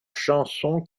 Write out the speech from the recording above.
chanson